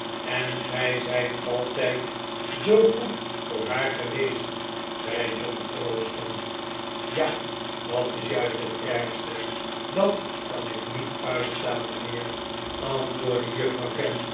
en gij zijt altijd zoo goed voor haar geweest zei john troostend ja r dat is juist het ergste dat kan ik niet uitstaan mijnheer antwoordde juffrouw